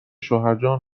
شوهرجان